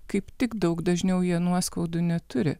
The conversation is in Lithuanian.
kaip tik daug dažniau jie nuoskaudų neturi